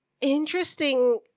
interesting